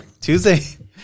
tuesday